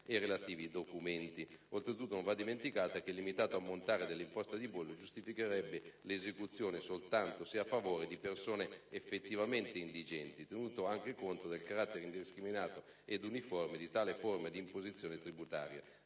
e relativi documenti" [...]. Oltretutto non va dimenticato che il limitato ammontare dell'imposta di bollo giustificherebbe l'esenzione soltanto se a favore di persone effettivamente indigenti, tenuto anche conto del carattere indiscriminato ed uniforme di tale forma di imposizione tributaria,